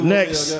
Next